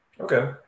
Okay